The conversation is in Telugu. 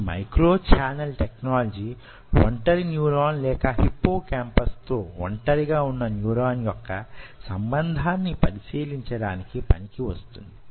ఈ మైక్రో ఛానల్ టెక్నాలజీ వొంటరి న్యూరాన్ లేక హిప్పోకాంపస్ తో వొంటరిగా ఉన్న న్యూరాన్ యొక్క సంబంధాన్ని పరిశీలించడానికి పనికి వస్తుంది